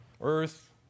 earth